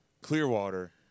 Clearwater